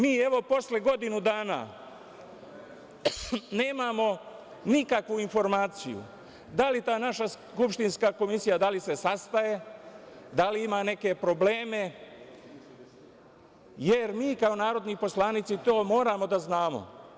Mi evo posle godinu dana nemamo nikakvu informaciju da li se ta naša skupštinska komisija sastaje, da li ima neke probleme, jer mi kao narodni poslovi to moramo da znamo.